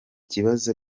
kibazo